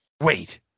Wait